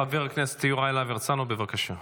חבר הכנסת יוראי להב הרצנו, בבקשה,